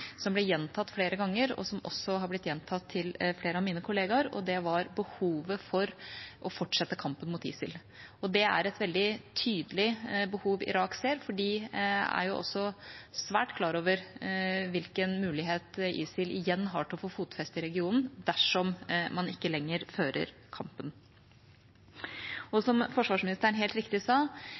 som ble gjentatt flere ganger, og som også har blitt gjentatt til flere av mine kollegaer, og den gjaldt behovet for å fortsette kampen mot ISIL. Det er et veldig tydelig behov Irak ser, for de er også svært klar over hvilken mulighet ISIL igjen har til å få fotfeste i regionen dersom man ikke lenger fører kampen. Som forsvarsministeren helt riktig sa,